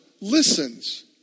listens